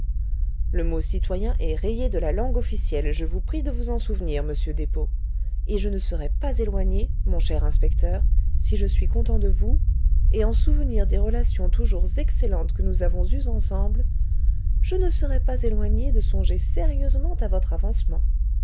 le mot citoyen est rayé de la langue officielle je vous prie de vous en souvenir monsieur despaux et je ne serais pas éloigné mon cher inspecteur si je suis content de vous et en souvenir des relations toujours excellentes que nous avons eues ensemble je ne serais pas éloigné de songer sérieusement à votre avancement